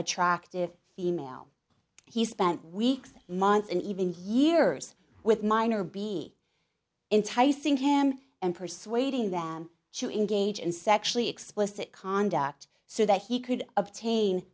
attractive female he spent weeks months and even years with minor be enticed seeing him and persuading them to engage in sexually explicit conduct so that he could obtain